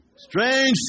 Strange